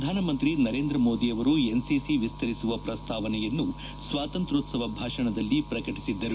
ಪ್ರಧಾನಮಂತ್ರಿ ನರೇಂದ ಮೋದಿ ಅವರು ಎನ್ಸಿಸಿ ವಿಸ್ತರಿಸುವ ಪ್ರಸ್ತಾವನೆಯನ್ನು ಸ್ವಾತಂತ್ರೋತ್ಪವ ಭಾಷಣದಲ್ಲಿ ಪ್ರಕಟಿಸಿದ್ದರು